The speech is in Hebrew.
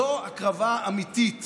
זו הקרבה אמיתית